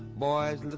boys and